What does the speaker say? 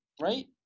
Right